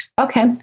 Okay